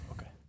Okay